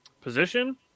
position